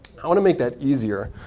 i want to make that easier.